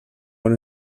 bon